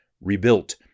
rebuilt